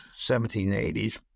1780s